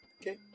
Okay